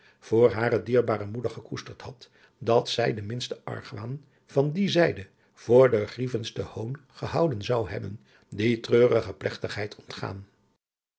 voor hare dierbare moeder gekoesterd had dat zij den minsten argwaan van die zijde voor den grievendsten hoon gehouden zou hebben die treurige plegtigheid ontgaan